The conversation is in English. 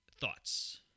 Thoughts